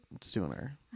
sooner